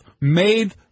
made